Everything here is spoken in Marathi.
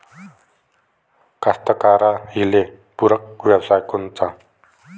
कास्तकाराइले पूरक व्यवसाय कोनचा?